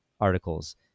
articles